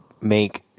make